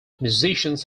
musicians